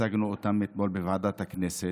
שהצגנו אתמול בוועדת הכנסת,